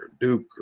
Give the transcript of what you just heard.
Duke